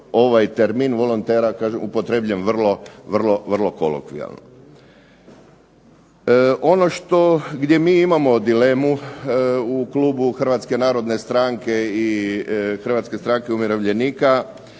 Dakle ovdje je ovaj termin volontera kažem upotrijebljen vrlo kolokvijalno. Ono što, gdje mi imamo dilemu u klubu Hrvatske narodne stranke i Hrvatske stranke umirovljenika